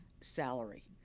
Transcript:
salary